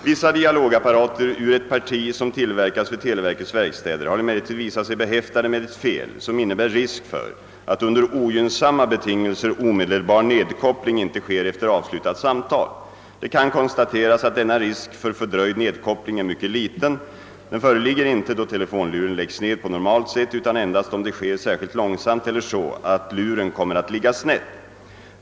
Vissa Dialogapparater ur ett parti som tillverkats vid televerkets verkstäder har emellertid visat sig behäftade med ett fel, som innebär risk för att under ogynnsamma betingelser omedelbar nedkoppling inte sker efter avslutat samtal. Det kan konstateras, att denna risk för fördröjd nedkoppling är mycket liten. Den föreligger inte, då telefonluren läggs ned på normalt sätt, utan endast om det sker särskilt långsamt eller så att luren kommer att ligga snett.